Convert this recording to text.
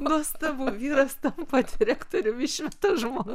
nuostabu vyras tam direktorium išmeta žmoną